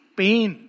pain